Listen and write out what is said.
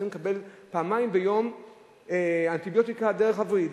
לקבל פעמיים ביום אנטיביוטיקה דרך הווריד.